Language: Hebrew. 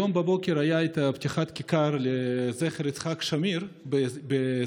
היום בבוקר הייתה פתיחת כיכר לזכר יצחק שמיר בשדרות,